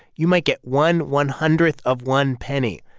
you might get one one-hundreth of one penny.